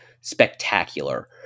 spectacular